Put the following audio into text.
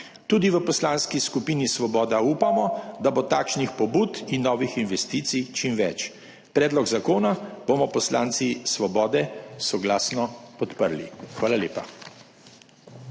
Tudi v Poslanski skupini Svoboda upamo, da bo takšnih pobud in novih investicij čim več. Predlog zakona bomo poslanci Svobode soglasno podprli. Hvala lepa.